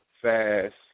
fast